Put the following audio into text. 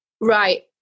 right